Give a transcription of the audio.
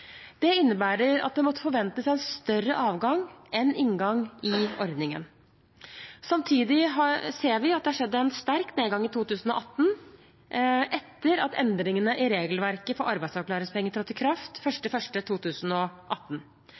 Det innebærer at det måtte forventes en større avgang enn inngang i ordningen. Samtidig ser vi at det har skjedd en sterk nedgang i 2018, etter at endringene i regelverket for arbeidsavklaringspenger trådte i kraft 1. januar 2018.